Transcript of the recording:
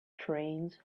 trains